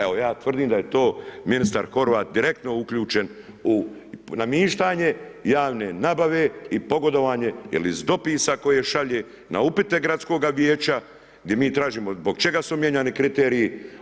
Evo ja tvrdim da je to ministar Horvat direktno uključen u namještanje javne nabave i pogodovanje jer iz dopisa koje šalje na upite gradskoga vijeća gdje mi tražimo zbog čega su mijenjani kriteriji.